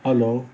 hello